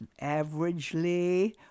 averagely